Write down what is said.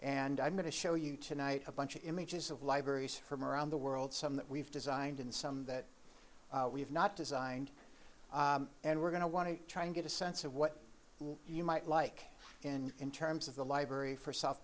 and i'm going to show you tonight a bunch of images of libraries from around the world some that we've designed in some that we've not designed and we're going to want to try to get a sense of what you might like in terms of the library for so